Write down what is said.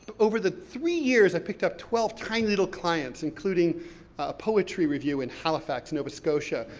over the three years, i picked up twelve tiny little clients, including poetry review in halifax, nova scotia.